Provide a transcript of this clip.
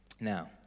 Now